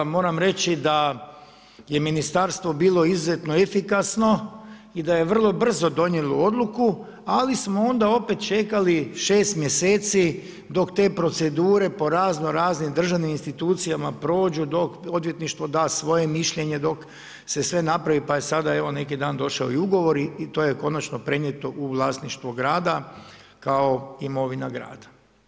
Moram reći da je ministarstvo bilo izuzetno efikasno i da je vrlo brzo donijelo odluku, ali smo onda opet čekali 6 mjeseci dok te procedure po razno raznim državnim institucijama prođu, dok odvjetništvo da svoje mišljenje, dok se sve napravi, pa je sada evo neki dan došao i ugovor i to je konačno prenijeto u vlasništvo grada kao imovina grada.